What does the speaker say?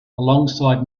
alongside